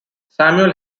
samuel